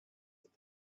that